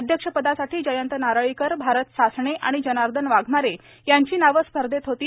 अध्यक्षपदासाठी जयंत नारळीकर भारत सासणे आणि जनार्दन वाघमारे यांची नावे स्पर्धेत होती